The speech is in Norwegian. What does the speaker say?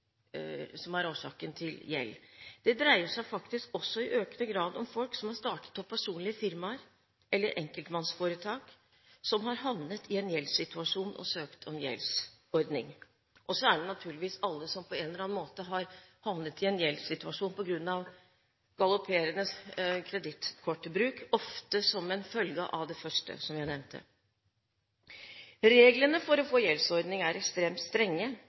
som er årsaken til gjeld. Det dreier seg faktisk også i økende grad om folk som har startet opp personlige firmaer, eller enkeltmannsforetak, som har havnet i en gjeldssituasjon og søkt om gjeldsordning. Det gjelder naturligvis også alle som på en eller annen måte har havnet i en gjeldssituasjon på grunn av galopperende kredittkortbruk, ofte som en følge av det første, som jeg nevnte. Reglene for å få gjeldsordning er ekstremt strenge,